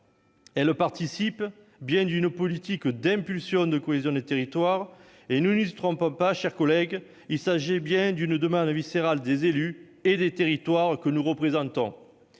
elle participait bien d'une politique d'impulsion de cohésion des territoires. Ne nous y trompons pas, chers collègues : il s'agit bien là d'une demande viscérale des élus et des territoires que nous représentons.